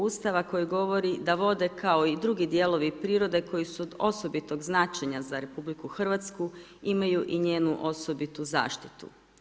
Ustava koji govore da vode kao i drugi dijelovi prirode, koji su od osobitog značenja za RH, imaju i njenu osobitu zaštitu.